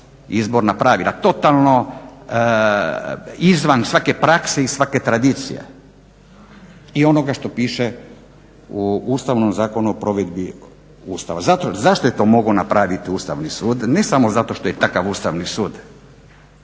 izborna pravila totalno izvan svake prakse i svake tradicije i onoga što piše u Ustavnom zakonu o provedbi Ustava. Zašto je to mogao napraviti Ustavni su? Ne samo zato što je takav Ustavni sud,